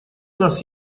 нас